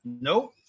Nope